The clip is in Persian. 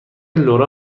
لورا